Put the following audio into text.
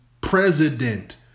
president